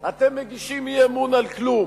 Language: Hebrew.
אתם מגישים אי-אמון על כלום.